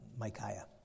Micaiah